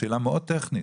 שאלה מאוד טכנית.